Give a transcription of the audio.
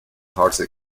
hardly